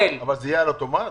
זה יהיה על אוטומט?